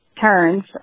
turns